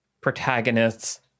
protagonists